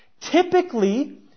typically